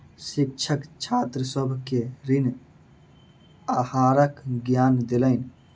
शिक्षक छात्र सभ के ऋण आहारक ज्ञान देलैन